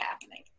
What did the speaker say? happening